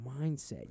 mindset